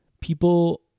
people